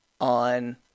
on